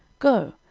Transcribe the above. go,